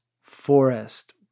forest